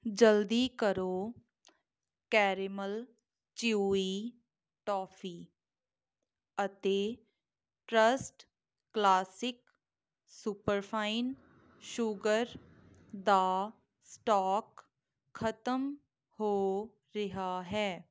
ਜਲਦੀ ਕਰੋ caramel chewy toffee ਅਤੇ ਟ੍ਰਸਟ ਕਲਾਸਿਕ ਸੁਪਰਫਾਈਨ ਸ਼ੂਗਰ ਦਾ ਸਟੋਕ ਖ਼ਤਮ ਹੋ ਰਿਹਾ ਹੈ